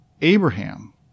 Abraham